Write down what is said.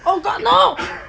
oh got no